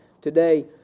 today